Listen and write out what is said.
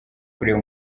kureba